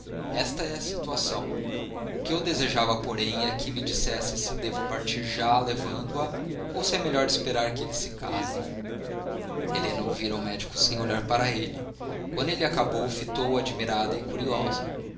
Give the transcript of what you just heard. esta é a situação o que eu desejava porém é que me dissesse se devo partir já levando-a ou se é melhor esperar que eles se casem helena ouvira o médico sem olhar para ele quando ele acabou fitou-o admirada e curiosa